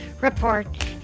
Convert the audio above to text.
report